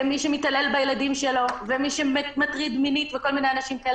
מי שמתעלל בילדיו ומי שמטריד מינית וכל מיני אנשים כאלה,